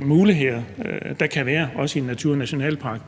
muligheder, der kan være, i en naturnationalpark.